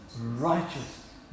righteous